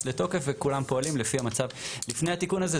לתוקף וכולם פועלים לפי המצב לפני התיקון הזה.